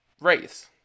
race